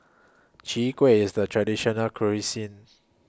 Chwee Kueh IS The Traditional Local Cuisine